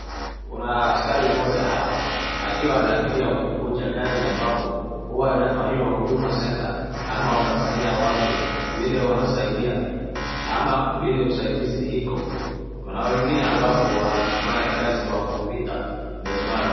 Kuna askari mmoja hapa akiwa anaangalia kukuja kazi ambapo huwa inafanyiwa huduma center ama wanafanya watu vile wanasaidia ama vile usaidizi iko. Kuna wengine ambapo wanafanya kazi kwa kompyuta vile tunayeona.